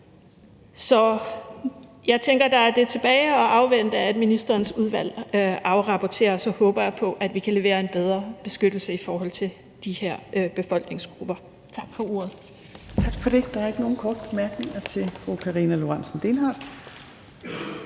Jeg tænker, at der er det tilbage at afvente, at ministerens udvalg afrapporterer, og så håber jeg på, at vi kan levere en bedre beskyttelse i forhold til de her befolkningsgrupper. Tak for ordet.